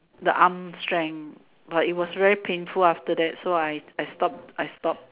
the arm strength but it was very painful after that so I I stop I stop